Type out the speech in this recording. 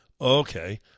Okay